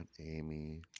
Amy